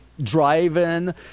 driving